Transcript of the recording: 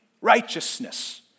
righteousness